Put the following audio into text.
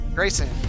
Grayson